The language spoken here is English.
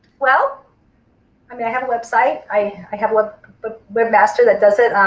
well i mean i have a website i i have a but webmaster that does it.